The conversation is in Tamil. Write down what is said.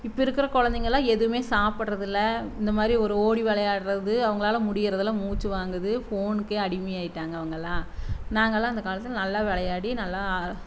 இப்போ இருக்கிற குழந்தைங்கள்லாம் எதுவுமே சாப்பிடுறது இல்லை இந்தமாதிரி ஒரு ஓடி விளையாடுறது அவங்களால முடியுறதுல்ல மூச்சு வாங்குது ஃபோனுக்கு அடிமை ஆகிட்டாங்க அவங்கள்லாம் நாங்கள்லாம் அந்த காலத்தில் நல்லா விளையாடி நல்லா